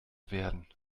werden